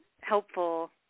helpful